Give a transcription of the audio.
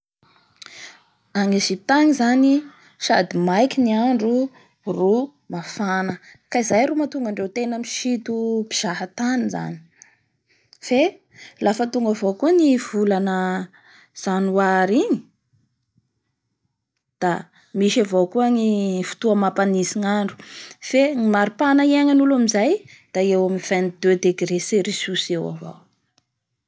Gnagny Egypte agny zany sady maiky ny andro ro mafana ka izay ro mahatonga andreo tena misito mpizaha tany zany. Fe lafa tonga avao koa ny volana Janoary iny da misy avao koa ny fotoa mampanitsy ny andro fe ny maropahana iaigna'olo amizay da eo amin'ny< > vingt deux degré cericus eo avao.